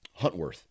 Huntworth